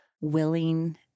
willing